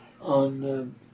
on